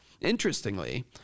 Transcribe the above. Interestingly